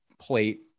plate